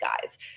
guys